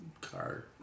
car